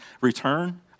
return